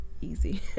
easy